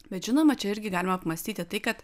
bet žinoma čia irgi galima apmąstyti tai kad